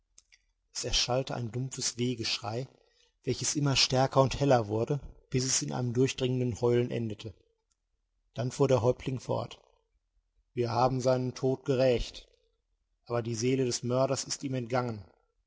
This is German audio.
es erschallte ein dumpfes wehegeschrei welches immer stärker und heller wurde bis es in einem durchdringenden heulen endete dann fuhr der häuptling fort wir haben seinen tod gerächt aber die seele des mörders ist ihm entgangen